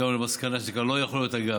הגענו למסקנה שזה כבר לא יכול להיות אגף,